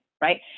right